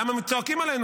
למה צועקים עלינו?